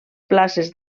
places